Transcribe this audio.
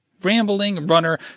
RAMBLINGRUNNER